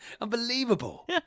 Unbelievable